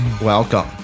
Welcome